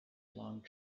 long